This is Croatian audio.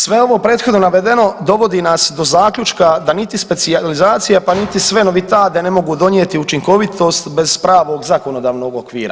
Sve ovo prethodno navedeno dovodi nas do zaključka da niti specijalizacija, pa niti sve novitade ne mogu donijeti učinkovitosti bez pravog zakonodavnog okvira.